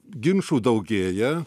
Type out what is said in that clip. ginčų daugėja